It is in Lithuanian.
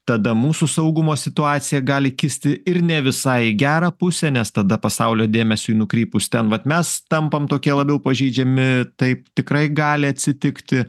tada mūsų saugumo situacija gali kisti ir ne visai į gerą pusę nes tada pasaulio dėmesiui nukrypus ten vat mes tampam tokie labiau pažeidžiami taip tikrai gali atsitikti